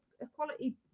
equality